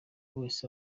wese